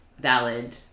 valid